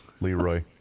Leroy